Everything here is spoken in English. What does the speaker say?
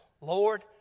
Lord